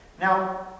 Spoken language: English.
Now